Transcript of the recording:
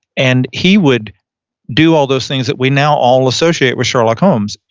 and he would do all those things that we now all associate with sherlock holmes.